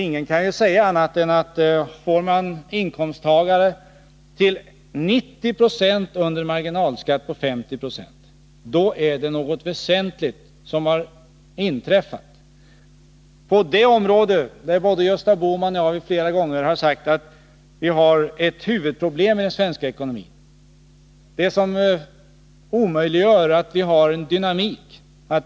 Ingen kan säga annat än att det är något väsentligt som har inträffat, om 90 96 av inkomsttagarna får en marginalskatt på högst 50 26. Och det gäller något som både Gösta Bohman och jag flera gånger har betecknat som ett huvudpro blem i den svenska ekonomin, som omöjliggör dynamik.